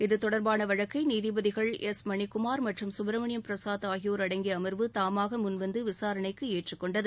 இது தொடர்பானவழக்கைநீதிபதிகள் எஸ் மணிக்குமார் மற்றும் சுப்பிரமணியம் பிரசாத் ஆகியோர் அடங்கியஅமர்வு தாமாகமுன்வந்துவிசாரணைக்குற்றுக்கொண்டது